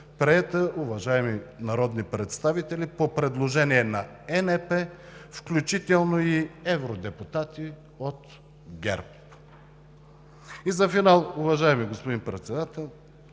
приета, уважаеми народни представители, по предложение на ЕНП, включително и евродепутати от ГЕРБ. За финал, уважаеми господин Председател,